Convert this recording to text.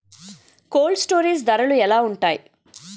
Cold storage ధరలు ఎలా ఉంటాయి?